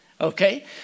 Okay